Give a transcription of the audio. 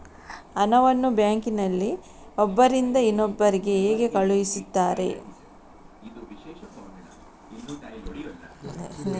ಹಣವನ್ನು ಬ್ಯಾಂಕ್ ನಲ್ಲಿ ಒಬ್ಬರಿಂದ ಇನ್ನೊಬ್ಬರಿಗೆ ಹೇಗೆ ಕಳುಹಿಸುತ್ತಾರೆ?